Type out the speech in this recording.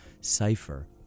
cipher